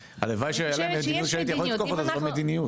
הלוואי שהייתה להם מדיניות שיכולתי לתקוף אותה אבל אין מדיניות,